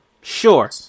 sure